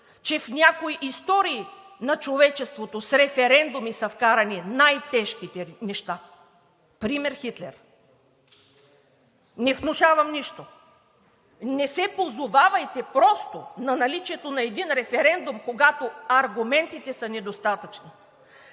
че в някои истории на човечеството с референдуми са вкарани най-тежките неща, например Хитлер. Не внушавам нищо, но не се позовавайте просто на наличието на един референдум, когато аргументите са недостатъчни.